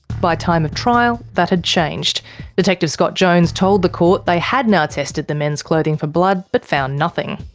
by time of trial, that had changed detective scott jones told the court they had now tested the men's clothing for blood but found nothing.